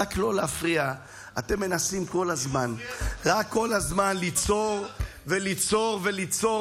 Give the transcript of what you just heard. אתם מנסים רק כל הזמן ליצור וליצור וליצור